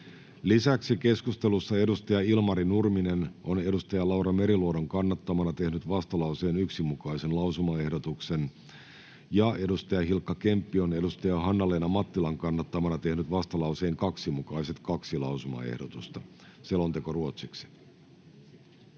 Lisäksi keskustelussa Ilmari Nurminen on Laura Meriluodon kannattamana tehnyt vastalauseen 1 mukaisen lausumaehdotuksen ja Hilkka Kemppi on Hanna-Leena Mattilan kannattamana tehnyt vastalauseen 2 mukaiset kaksi lausumaehdotusta. [Speech 6]